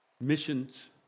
missions